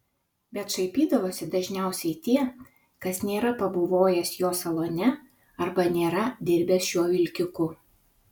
bet šaipydavosi dažniausiai tie kas nėra pabuvojęs jo salone arba nėra dirbęs šiuo vilkiku